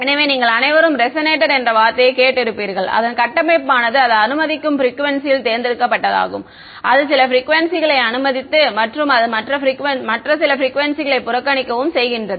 எனவே நீங்கள் அனைவரும் ரெசனேட்டர் என்ற வார்த்தையைக் கேட்டிருப்பீர்கள் அதன் கட்டமைப்பானது அது அனுமதிக்கும் ப்ரிக்குவேன்சியில் தேர்ந்தெடுக்கப்பட்டதாகும் அது சில ப்ரிக்குவேன்சிகளை அனுமதித்து மற்றும் அது மற்ற சில ப்ரிக்குவேன்சிகளை புறக்கணிக்கவும் செய்கின்றது